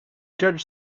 judge